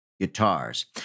guitars